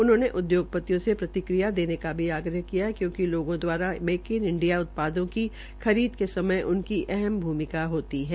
उन्होंने उद्योगपतियों से प्रतिक्रिया देने का भी आग्रह किया क्योंकि लोगों द्वारा मेक इन इंडिया उत्पादों की खरीद के समय उनकी अहम भूमिका रहती है